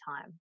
time